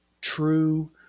true